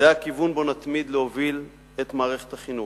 זה הכיוון שבו נתמיד להוביל את מערכת החינוך,